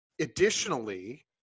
Additionally